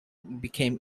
became